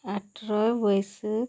ᱟᱴᱷᱨᱚᱭ ᱵᱟᱹᱭᱥᱟᱹᱠ